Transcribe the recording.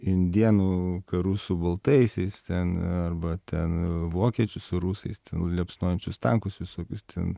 indėnų karus su baltaisiais ten arba ten vokiečius rusais ten liepsnojančius tankus visokius ten